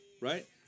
right